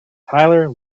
tyler